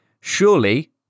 Surely